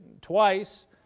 twice